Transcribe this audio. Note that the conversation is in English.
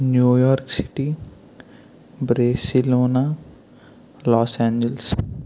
New York city Barcelona Los Angeles